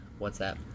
WhatsApp